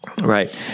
Right